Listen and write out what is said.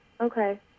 Okay